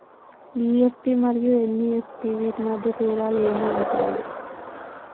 EFT మరియు NEFT వీటి మధ్య తేడాలు ఏమి ఉంటాయి?